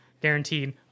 guaranteed